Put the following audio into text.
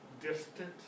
distant